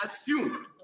assume